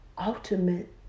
ultimate